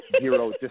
zero